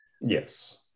Yes